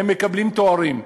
והם מקבלים תארים,